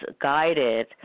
guided –